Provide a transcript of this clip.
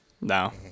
No